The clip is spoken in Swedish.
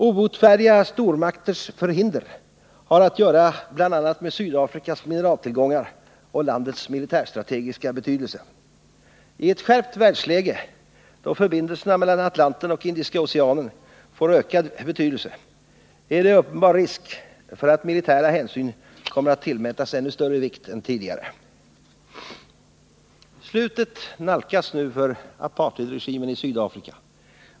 Obotfärdiga stormakters förhinder har att göra bl.a. med Sydafrikas mineraltillgångar och landets militärstrategiska betydelse. I ett skärpt världsläge, då förbindelserna mellan Atlanten och Indiska oceanen får ökad betydelse, är det uppenbar risk för att militära hänsyn kommer att tillmätas ännu större vikt än tidigare. Slutet nalkas för apartheidregimen i Sydafrika.